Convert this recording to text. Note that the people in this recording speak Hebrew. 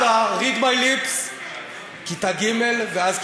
מפלגת הכותרות.